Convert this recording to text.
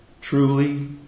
Truly